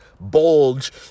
bulge